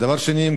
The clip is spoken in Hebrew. דבר שני,